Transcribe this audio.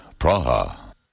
Praha